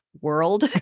world